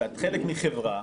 שאת חלק מחברה,